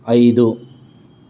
ಐದು